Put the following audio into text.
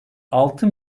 altı